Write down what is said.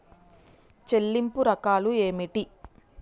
చెల్లింపు రకాలు ఏమిటి?